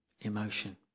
emotion